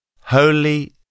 Holy